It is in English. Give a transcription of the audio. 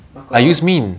那个